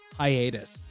hiatus